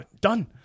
Done